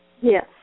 Yes